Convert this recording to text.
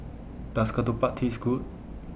Does Ketupat Taste Good